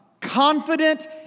Confident